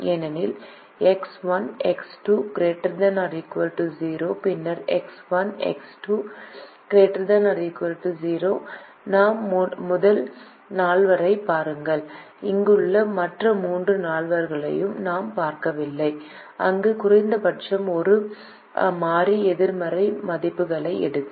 ஏனெனில் x 1 x 2 ≥ 0 பின்னர் x 1 x 2 ≥ 0 நாம் முதல் நால்வரைப் பாருங்கள் இங்குள்ள மற்ற மூன்று நால்வகைகளையும் நாம் பார்க்கவில்லை அங்கு குறைந்தபட்சம் ஒரு மாறி எதிர்மறை மதிப்புகளை எடுக்கும்